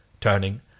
Turning